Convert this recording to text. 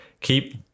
keep